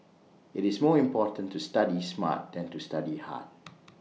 IT is more important to study smart than to study hard